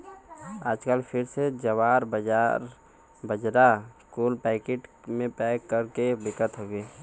आजकल फिर से जवार, बाजरा कुल पैकिट मे पैक कर के बिकत हउए